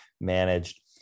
managed